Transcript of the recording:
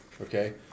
okay